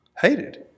hated